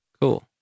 cool